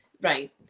Right